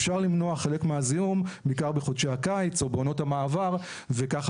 אפשר למנוע חלק מהזיהום בעיקר בחודשי הקיץ או בעונות המעבר וככה